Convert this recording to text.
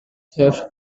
theft